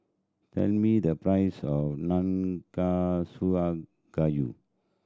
tell me the price of Nanakusa Gayu